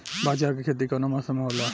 बाजरा के खेती कवना मौसम मे होला?